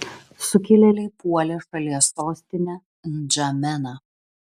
sukilėliai puolė šalies sostinę ndžameną